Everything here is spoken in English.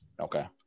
okay